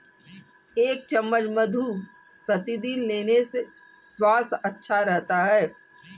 एक चम्मच मधु प्रतिदिन लेने से स्वास्थ्य अच्छा रहता है